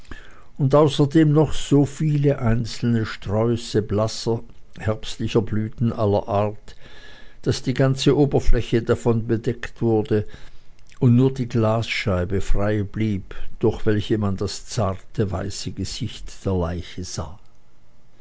und außerdem noch so viele einzelne sträuße blasser herbstlicher blüten aller art daß die ganze oberfläche davon bedeckt wurde und nur die glasscheibe frei blieb durch welche man das weiße zarte gesicht der leiche sah